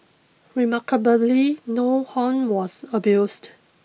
remarkably no horn was abused